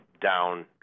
down